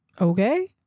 Okay